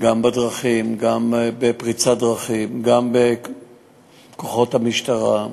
גם בדרכים, גם בפריצת דרכים, גם בכוחות המשטרה,